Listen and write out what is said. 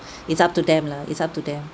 it's up to them lah it's up to them